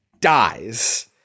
dies